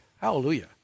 Hallelujah